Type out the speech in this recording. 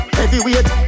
heavyweight